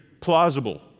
plausible